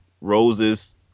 roses